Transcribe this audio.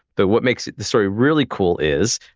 but what makes this story really cool is,